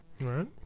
right